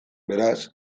beraz